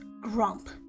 grump